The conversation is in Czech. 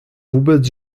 vůbec